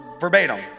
verbatim